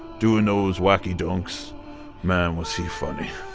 doing those wacky dunks man, was he funny